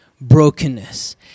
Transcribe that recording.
brokenness